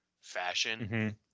fashion